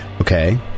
Okay